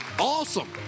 Awesome